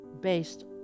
based